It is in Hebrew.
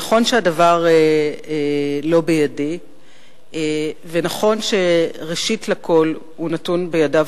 נכון שהדבר לא בידי ונכון שראשית כול הוא נתון בידיו